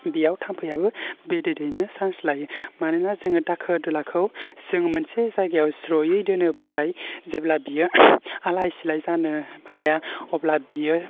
बेयाव थाम्फैयाबो बिदै दैनो सान्स लायो मानोना जोङो दाखोर दालाखौ जों मोनसे जायगायाव स्र'यै दोनोब्लाथाय जेब्ला बियो आलाय सिलाय जानो हाया अब्ला बियो